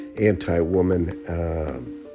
anti-woman